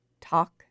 talk